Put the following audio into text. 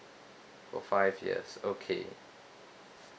for five years okay